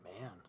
Man